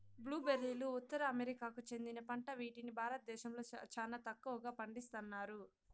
blue బెర్రీలు ఉత్తర అమెరికాకు చెందిన పంట వీటిని భారతదేశంలో చానా తక్కువగా పండిస్తన్నారు